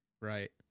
right